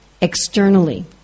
externally